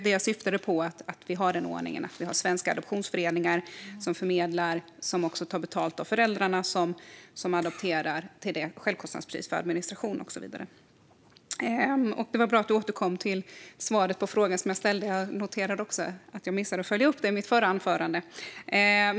Det jag syftade på var att vi har den ordningen att vi har svenska adoptionsföreningar som förmedlar och som också tar betalt av föräldrarna som adopterar till självkostnadspris för administration och så vidare. Det var bra att ministern återkom till svaret på frågan som jag ställde - jag noterade också att jag missade att följa upp det i mitt förra anförande.